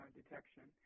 detection